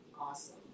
Awesome